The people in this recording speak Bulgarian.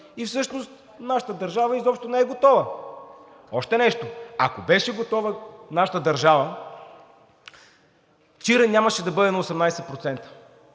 и всъщност нашата държава изобщо не е готова? Още нещо, ако беше готова нашата държава, Чирен нямаше да бъде на 18%.